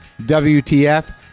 WTF